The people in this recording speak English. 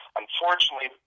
unfortunately